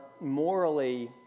morally